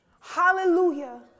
Hallelujah